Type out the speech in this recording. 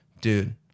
dude